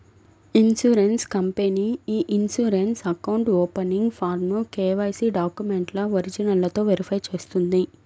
insurance company e insurance account opening ఫారమ్ను KYC డాక్యుమెంట్ల ఒరిజినల్లతో వెరిఫై చేస్తుంది